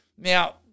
Now